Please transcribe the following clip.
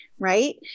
Right